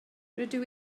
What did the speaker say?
rydw